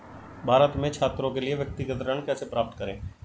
भारत में छात्रों के लिए व्यक्तिगत ऋण कैसे प्राप्त करें?